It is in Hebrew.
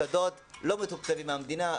בירושלים רוב המוסדות לא מתוקצבים על ידי המדינה,